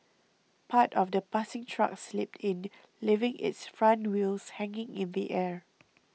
part of the passing truck slipped in leaving its front wheels hanging in the air